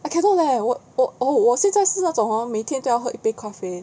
I cannot lah 我我我现在是那种 hor 每天都要喝一杯咖啡